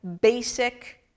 basic